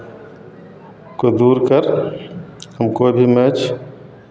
को दूर कर हमको भी मैच